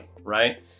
right